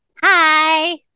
Hi